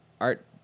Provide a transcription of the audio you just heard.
art